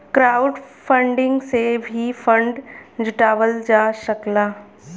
crowdfunding से भी fund जुटावल जा सकला